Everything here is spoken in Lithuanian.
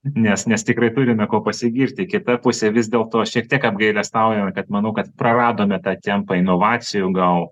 nes nes tikrai turime kuo pasigirti kita pusė vis dėl to šiek tiek apgailestauja na kad manau kad praradome tą tempą inovacijų gal